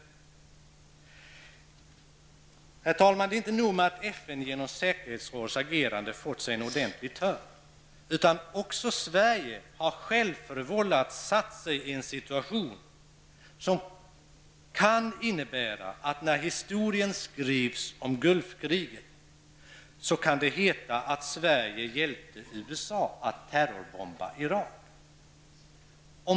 Herr talman! Det är inte nog med att FN genom säkerhetsrådets agerande fått sig en ordentlig törn, utan också Sverige har självförvållat satt sig i en situation som kan innebära att när historien skrivs om Gulfkriget, kan det heta att Sverige hjälpte USA att terrorbomba Irak.